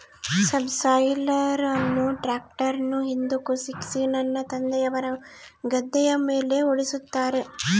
subsoiler ಅನ್ನು ಟ್ರ್ಯಾಕ್ಟರ್ನ ಹಿಂದುಕ ಸಿಕ್ಕಿಸಿ ನನ್ನ ತಂದೆಯವರು ಗದ್ದೆಯ ಮೇಲೆ ಓಡಿಸುತ್ತಾರೆ